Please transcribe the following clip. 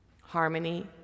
Harmony